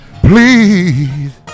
Please